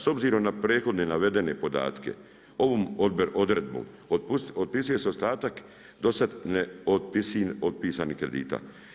S obzirom na prethodno navedene podatke ovom odredbom otpisuje se ostatak do sada neotpisanih kredita.